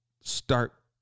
start